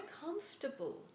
comfortable